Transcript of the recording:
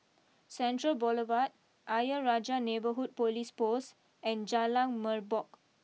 Central Boulevard Ayer Rajah Neighbourhood police post and Jalan Merbok